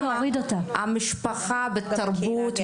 המשפחה בתרבות,